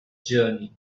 journey